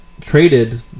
traded